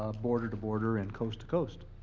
ah border to border and coast to coast.